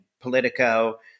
Politico